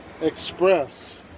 Express